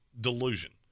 delusion